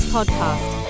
Podcast